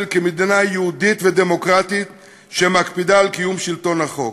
כמדינה יהודית ודמוקרטית שמקפידה על קיום שלטון החוק,